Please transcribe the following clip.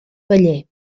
paller